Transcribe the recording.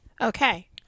Okay